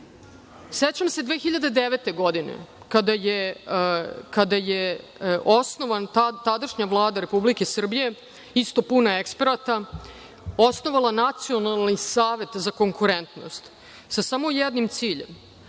se 2009. godine, kada je osnovana tadašnja Vlada Republike Srbije, isto puna eksperata, osnovala Nacionalni savet za konkurentnost, sa samo jednim ciljem,